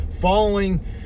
following